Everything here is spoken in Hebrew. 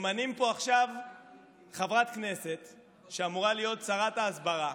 ממנים פה עכשיו חברת הכנסת שאמורה להיות שרת ההסברה,